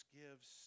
gives